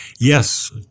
Yes